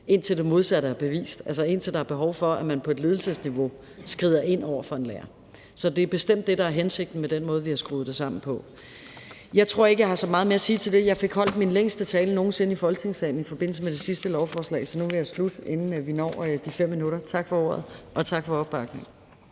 indtil det modsatte er bevist, altså indtil der er behov for, at man på ledelsesniveau skrider ind over for en lærer. Så det er bestemt det, der er hensigten med den måde, vi har skruet det sammen på. Jeg tror ikke, jeg har så meget mere at sige til det. Jeg fik holdt min længste tale nogen sinde i Folketingssalen i forbindelse med det sidste lovforslag, så nu vil jeg slutte, inden vi når de 5 minutter. Tak for ordet, og tak for opbakningen.